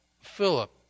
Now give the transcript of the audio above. Philip